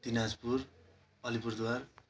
Dinajpur Alipurduar